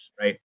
right